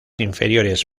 inferiores